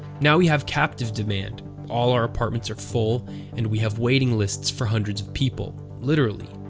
now we have captive demand all our apartments are full and we have waiting lists for hundreds of people, literally.